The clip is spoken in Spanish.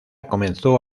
comenzó